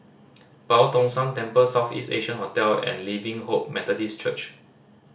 Boo Tong San Temple South East Asia Hotel and Living Hope Methodist Church